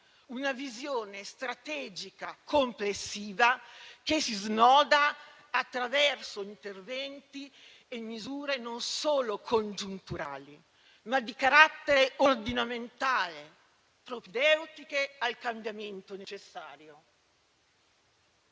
una visione strategica complessiva che si snoda attraverso interventi e misure non solo congiunturali, ma di carattere ordinamentale, propedeutiche al cambiamento necessario.